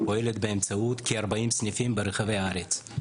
הארגון פועל באמצעות כ-40 סניפים ברחבי הארץ.